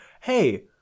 hey